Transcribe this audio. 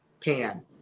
pan